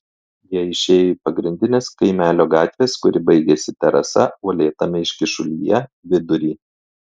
jie išėjo į pagrindinės kaimelio gatvės kuri baigėsi terasa uolėtame iškyšulyje vidurį